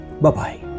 Bye-bye